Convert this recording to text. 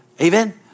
Amen